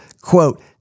Quote